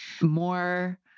more